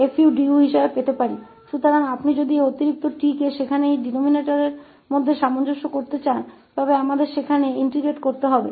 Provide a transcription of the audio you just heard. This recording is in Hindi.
इसलिए यदि आप इस अतिरिक्त t को इस डिनोमिनेटर में समायोजित करना चाहते हैं तो हमें वहां एकीकृत करना होगा